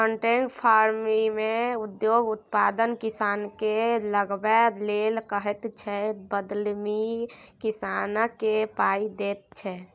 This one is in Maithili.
कांट्रेक्ट फार्मिंगमे उद्योग उत्पाद किसानकेँ लगाबै लेल कहैत छै बदलीमे किसानकेँ पाइ दैत छै